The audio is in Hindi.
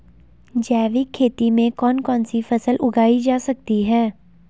जैविक खेती में कौन कौन सी फसल उगाई जा सकती है?